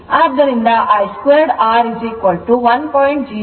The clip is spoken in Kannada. ಆದ್ದರಿಂದ I2r 1